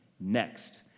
next